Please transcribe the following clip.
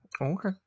Okay